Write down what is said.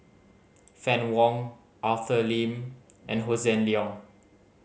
Fann Wong Arthur Lim and Hossan Leong